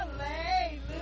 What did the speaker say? Hallelujah